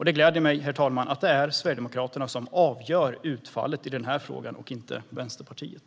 Det gläder mig, herr talman, att det är Sverigedemokraterna som avgör utfallet i den här frågan och inte Vänsterpartiet.